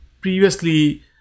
previously